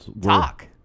talk